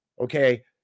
okay